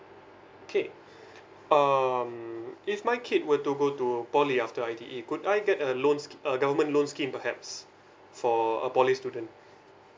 okay um if my kid were to go to poly after I_T_E could I get a loan scheme a government loan scheme perhaps for a poly student